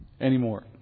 anymore